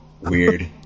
weird